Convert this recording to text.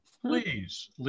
please